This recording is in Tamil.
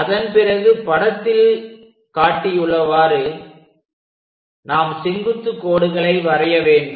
அதன் பிறகு படத்தில் காட்டியுள்ளவாறு நாம் செங்குத்து கோடுகளை வரைய வேண்டும்